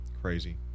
Crazy